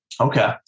Okay